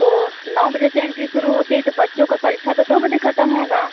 तो नौ बजे से एंट्री शुरू होती है तो बच्चों का परीक्षा तो दो बजे खतम होगा